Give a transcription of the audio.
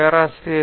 பேராசிரியர் எஸ்